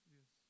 Yes